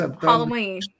Halloween